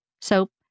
soap